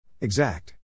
Exact